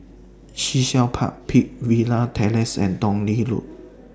Sea Shell Park Peakville Terrace and Tong Lee Road